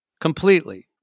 completely